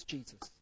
Jesus